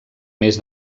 més